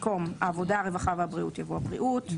במקום "העבודה והרווחה והבריאות" יבוא "הבריאות".